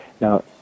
Now